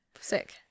sick